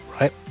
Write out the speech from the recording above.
right